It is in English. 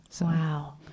Wow